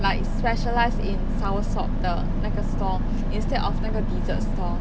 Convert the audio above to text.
like specialise in soursop 的那个 store instead of 那个 dessert store